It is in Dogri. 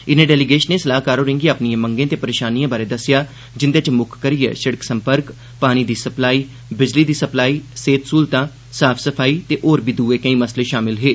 इनें डेलीगेषनें सलाहकार होरेंगी अपनिए मंगे ते परेषानिए बारै दस्सेआ जिंदे च मुक्ख करियै सिड़क संपर्क पानी दी सप्लाई बिजली दी सप्लाई सेह्त स्हूलतां साफ सफाई ते होर दुए मसले षामिल हे